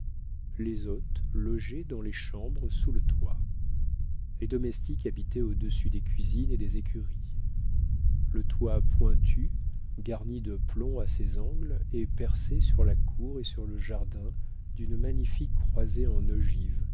les hôtes logeaient dans les chambres sous le toit les domestiques habitaient au-dessus des cuisines et des écuries le toit pointu garni de plomb à ses angles est percé sur la cour et sur le jardin d'une magnifique croisée en ogive